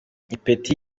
ipeti